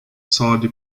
saudi